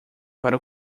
para